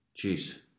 Jeez